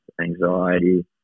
anxiety